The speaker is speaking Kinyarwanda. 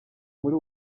muri